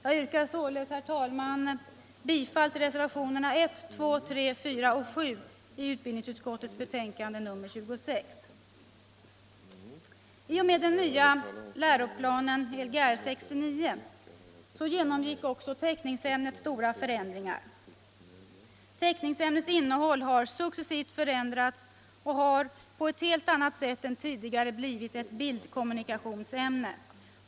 Jag yrkar således, herr talman, bifall till reservationerna 1, 2, 3, 4 och 7 vid utbildningsutskottets betänkande nr 26. I och med tillkomsten av den nya läroplanen Lgr 69 genomgick också teckningsämnet stora förändringar. Teckningsämnets innehåll har successivt förändrats och det har på ett helt annat sätt än tidigare blivit ett bildkommunikationsämne.